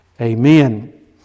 amen